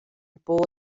bod